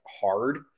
hard